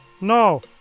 No